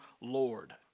Lord